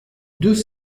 deux